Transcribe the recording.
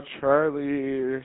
Charlie